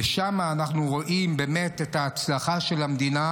ושם אנחנו רואים את ההצלחה של המדינה,